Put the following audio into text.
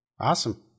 Awesome